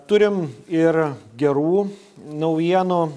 turim ir gerų naujienų